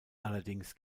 allerdings